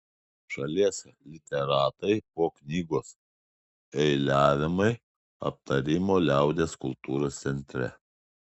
šalies literatai po knygos eiliavimai aptarimo liaudies kultūros centre